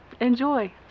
Enjoy